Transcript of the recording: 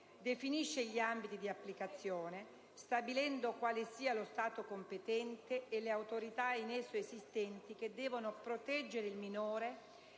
definisce gli ambiti di applicazione stabilendo quale sia lo Stato competente e le autorità in esso esistenti che devono proteggere il minore